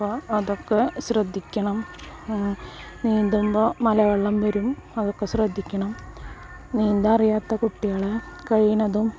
അപ്പോൾ അതൊക്കെ ശ്രദ്ധിക്കണം നീന്തുമ്പോൾ മലവെള്ളം വരും അതൊക്കെ ശ്രദ്ധിക്കണം നീന്താൻ അറിയാത്ത കുട്ടികളെ കഴിയണതും